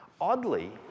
Oddly